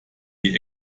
die